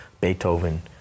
Beethoven